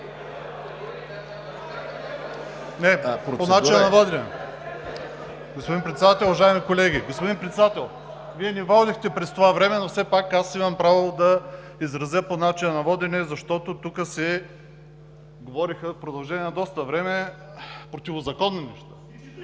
НИКОЛОВ (ГЕРБ): Господин Председател, уважаеми колеги! Господин Председател, Вие не водихте през това време, но все пак аз имам право да изразя по начина на водене, защото тук се говориха в продължение на доста време противозаконни неща.